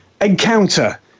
encounter